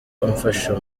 umfasha